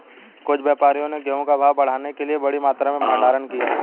कुछ व्यापारियों ने गेहूं का भाव बढ़ाने के लिए बड़ी मात्रा में भंडारण किया